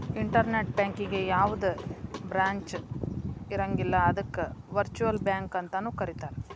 internet ಬ್ಯಾಂಕಿಗೆ ಯಾವ್ದ branch ಇರಂಗಿಲ್ಲ ಅದಕ್ಕ ವರ್ಚುಅಲ್ ಬ್ಯಾಂಕ ಅಂತನು ಕರೇತಾರ